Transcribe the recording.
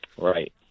Right